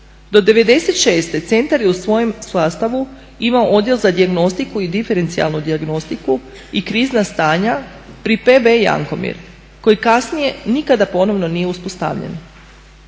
Do '96. centar je u svojem sastavu imao Odjel za dijagnostiku i diferencijalnu dijagnostiku i krizna stanja pri PB Jankomir koji kasnije nikada ponovno nije uspostavljen.